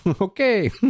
okay